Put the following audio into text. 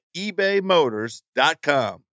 ebaymotors.com